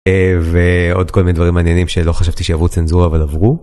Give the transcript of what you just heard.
ועוד כל מיני דברים מעניינים שלא חשבתי שיעבור צנזורה אבל עברו.